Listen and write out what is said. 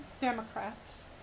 Democrats